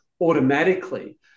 automatically